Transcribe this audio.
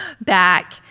back